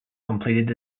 completed